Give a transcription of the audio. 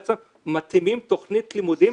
בעצם הבנות שהן חסרות ניסיון,